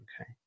Okay